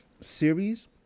series